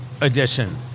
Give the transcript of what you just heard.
Edition